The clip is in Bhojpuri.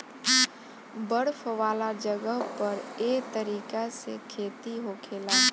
बर्फ वाला जगह पर एह तरीका से खेती होखेला